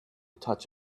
touch